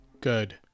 Good